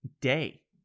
day